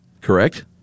Correct